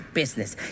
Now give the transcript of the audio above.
business